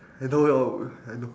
you know I would I know